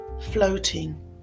floating